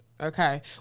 Okay